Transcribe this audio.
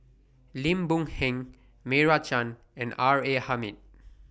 Lim Boon Heng Meira Chand and R A Hamid